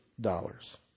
dollars